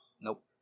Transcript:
nope